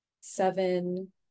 Seven